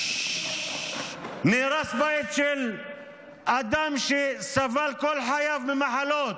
נהרס בית של אדם שסבל כל חייו ממחלות.